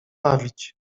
bawić